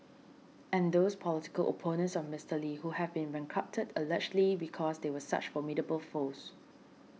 and those political opponents of Mister Lee who have been bankrupted allegedly because they were such formidable foes